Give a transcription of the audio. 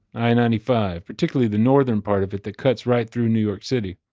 i ninety five, particularly the northern part of it that cuts right through new york city.